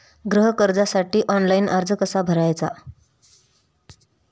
गृह कर्जासाठी ऑनलाइन अर्ज कसा भरायचा?